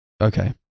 Okay